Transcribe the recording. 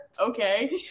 Okay